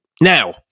Now